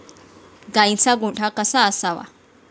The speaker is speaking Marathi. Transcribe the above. गाईचा गोठा कसा असावा?